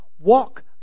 walk